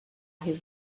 his